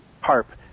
harp